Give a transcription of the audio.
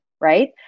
Right